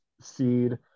seed